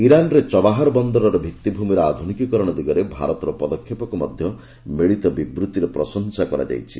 ଇରାନରେ ଚବାହାର ବନ୍ଦରର ଭିଭିମିର ଆଧୁନିକୀକରଣ ଦିଗରେ ଭାରତର ପଦକ୍ଷେପକୁ ମଧ୍ୟ ମିଳିତ ବିବୃତିରେ ପ୍ରଶଂସା କରାଯାଇଛି